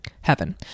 Heaven